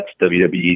WWE